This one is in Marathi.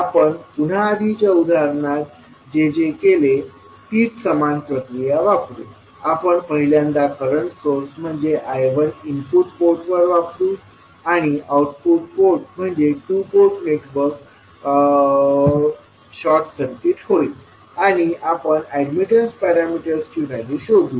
आपण पुन्हा आधीच्या उदाहरणात जे जे केले तीच समान प्रक्रिया वापरू आपण पहिल्यांदा करंट सोर्स म्हणजे I1 इनपुट पोर्टवर वापरु आणि आउटपुट पोर्ट म्हणजे two port network short circuit होईल आणि आपण अॅडमिटन्स पॅरामीटर्सची व्हॅल्यू शोधू